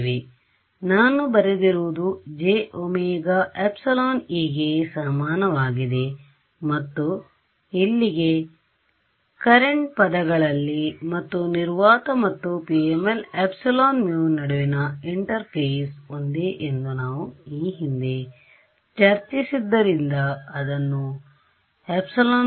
ಆದ್ದರಿಂದ ನಾನು ಬರೆದಿರುವುದು jωεE ಗೆ ಸಮಾನವಾಗಿದೆ ಮತ್ತು ಇಲ್ಲಿಗೆ ಕರೆಂಟ್ ಪದಗಳಿಲ್ಲ ಮತ್ತು ನಿರ್ವಾತ ಮತ್ತು PML epsilon mu ನಡುವಿನ ಇಂಟರ್ಪಸೆ ಒಂದೇ ಎಂದು ನಾವು ಈ ಹಿಂದೆ ಚರ್ಚಿಸಿದ್ದರಿಂದ ಅದನ್ನು ε0ಮಾಡೋಣ